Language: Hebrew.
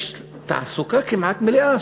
יש תעסוקה כמעט מלאה,